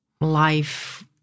life